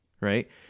right